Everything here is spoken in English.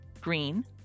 green